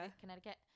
Connecticut